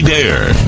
Dare